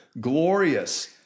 glorious